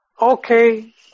Okay